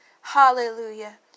Hallelujah